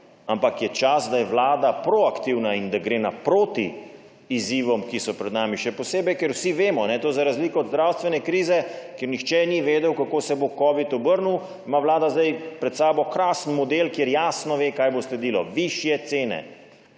ampak je čas, da je Vlada proaktivna in da gre naproti izzivom, ki so pred nami. Še posebej, ker vsi vemo. Za razliko od zdravstvene krize, kjer nihče ni vedel, kako se bo covid obrnil, ima Vlada zdaj pred sabo krasen model, kjer jasno ve, kaj bo sledilo – višje cene.